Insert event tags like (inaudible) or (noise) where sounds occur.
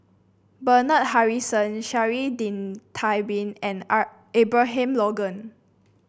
Bernard Harrison Sha'ari din Tabin and (unintelligible) Abraham Logan